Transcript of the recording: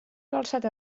calçat